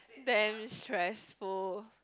damn stressful